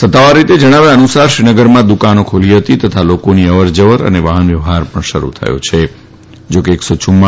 સત્તાવાર રીતે જણાવ્યા અનુસાર શ્રીનગરમાં દુકાનો ખૂલી હતી તથા લોકોની અવરજવર અને વાહન વ્યવહાર પણ શરૂ થયો હતોકરફ્યુમા